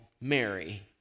Mary